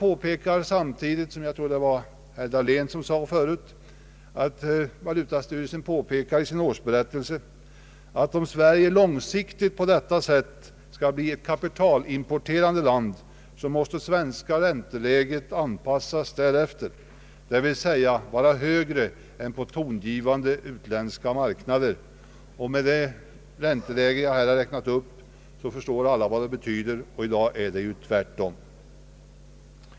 Jag tror det var herr Dahlén som sade att valutastyrelsen i sin årsberättelse påpekar att om Sverige på detta sätt långsiktigt skall bli ett kapitalimporterande land, måste det svenska ränteläget anpassas därefter, d.v.s. vara högre än på tongivande utländska marknader. Med de räntelägen jag här räknat upp förstår alla vad det betyder. I dag är läget ju tvärtom.